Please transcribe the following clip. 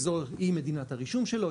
היא מדינת הרישום שלו,